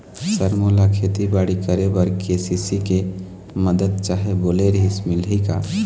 Sir मोला खेतीबाड़ी करेबर के.सी.सी के मंदत चाही बोले रीहिस मिलही का?